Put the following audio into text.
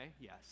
yes